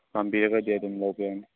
ꯄꯥꯝꯕꯤꯔꯒꯗꯤ ꯑꯗꯨꯝ ꯂꯧꯕ ꯌꯥꯅꯤ